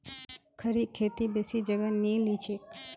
खड़ी खेती बेसी जगह नी लिछेक